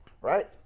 Right